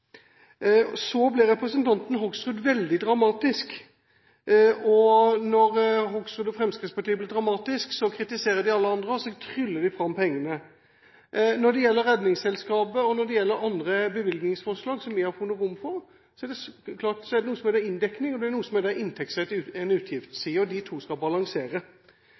Så ble representanten Hoksrud veldig dramatisk, og når Hoksrud og Fremskrittspartiet blir dramatisk, kritiserer de alle andre, og så tryller de fram pengene. Når det gjelder Redningsselskapet, og når det gjelder andre bevilgningsforslag som vi har funnet rom for, er det noe som heter inndekning, og det er noe som heter inntektsside og utgiftsside, og de to skal balansere.